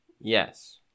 Yes